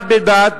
בד בבד